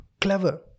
clever